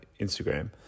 Instagram